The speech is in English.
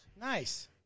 Nice